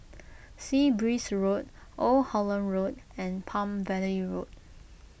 Sea Breeze Road Old Holland Road and Palm Valley Road